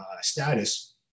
status